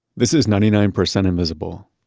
this is ninety nine percent invisible.